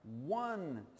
one